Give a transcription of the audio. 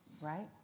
right